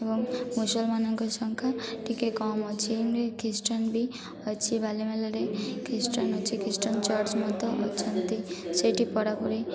ଏବଂ ମୁସଲମାନଙ୍କ ସଂଖ୍ୟା ଟିକେ କମ୍ ଅଛି ଖ୍ରୀଷ୍ଟିାଆନ ବି ଅଛି ବାଲିମେଳାରେ ଖ୍ରୀଷ୍ଟିଆନ ଅଛି ଖ୍ରୀଷ୍ଟିଆନ ଚର୍ଚ୍ଚ ମଧ୍ୟ ଅଛନ୍ତି ସେଇଠି ପଢ଼ାପଢ଼ି